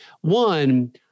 One